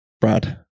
Brad